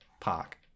Park